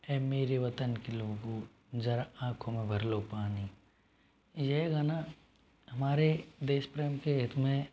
ऐ मेरे वतन के लोगों जरा आँख में भर लो पानी ये गाना हमारे देश प्रेम के हित में